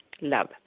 love